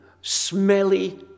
smelly